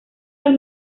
los